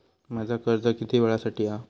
माझा कर्ज किती वेळासाठी हा?